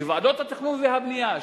שוועדות התכנון והבנייה,